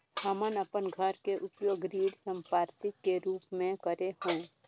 हमन अपन घर के उपयोग ऋण संपार्श्विक के रूप म करे हों